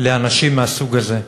לאנשים מהסוג הזה.